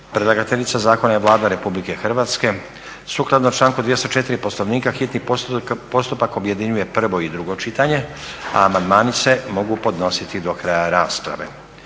Predlagateljica zakona je Vlada RH. Sukladno članku 204. Poslovnika hitni postupak objedinjuje prvo i drugo čitanje, a amandmani se mogu podnositi do kraja rasprave.